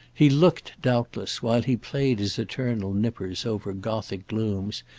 he looked, doubtless, while he played his eternal nippers over gothic glooms,